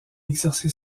exercer